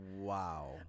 Wow